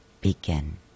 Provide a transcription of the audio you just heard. begin